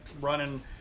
running